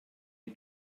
die